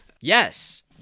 yes